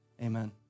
amen